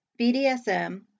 BDSM